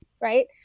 right